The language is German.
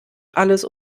alles